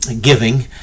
giving